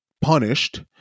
punished